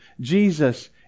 Jesus